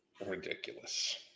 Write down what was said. Ridiculous